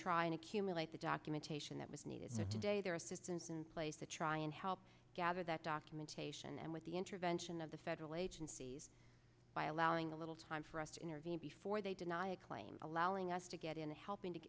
try and accumulate the documentation that was needed and today their assistance in place to try and help gather that documentation and with the intervention of the federal agencies by allowing a little time for us to intervene before they deny a claim allowing us to get into helping to